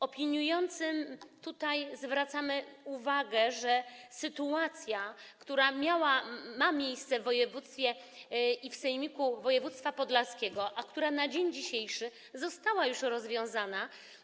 Opiniującym zwracamy uwagę, że sytuacja, która miała, ma miejsce w województwie podlaskim i w sejmiku województwa podlaskiego, na dzień dzisiejszy została już rozwiązana.